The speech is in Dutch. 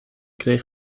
kreeg